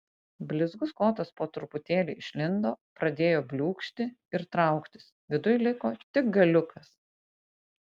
blizgus kotas po truputėlį išlindo pradėjo bliūkšti ir trauktis viduj liko tik galiukas